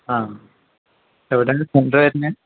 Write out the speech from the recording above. ആ എവിടെ ഇതിന്റെ സെൻറ്റർ വരുന്നത്